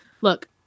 look